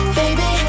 baby